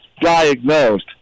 diagnosed